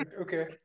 okay